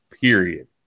Period